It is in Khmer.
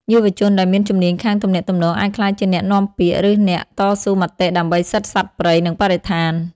យុវជនដែលមានជំនាញខាងទំនាក់ទំនង អាចក្លាយជាអ្នកនាំពាក្យ ឬអ្នកតស៊ូមតិដើម្បីសិទ្ធិសត្វព្រៃ និងបរិស្ថាន។